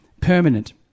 permanent